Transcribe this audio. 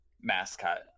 Mascot